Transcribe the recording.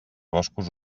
boscos